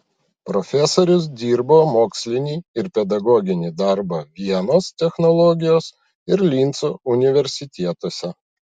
profesorius dirbo mokslinį ir pedagoginį darbą vienos technologijos ir linco universitetuose